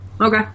Okay